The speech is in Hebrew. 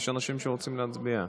יש אנשים שרוצים להצביע.